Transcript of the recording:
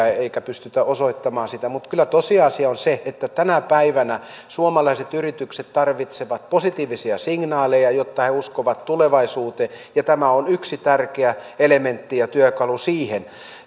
eikä pystytä osoittamaan sitä mutta kyllä tosiasia on se että tänä päivänä suomalaiset yritykset tarvitsevat positiivisia signaaleja jotta uskovat tulevaisuuteen ja tämä on yksi tärkeä elementti ja työkalu siihen